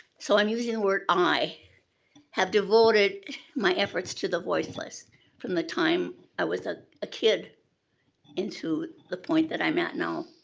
so i'm using the word i have devoted my efforts to the voiceless from the time i was a ah kid into the point that i'm at now.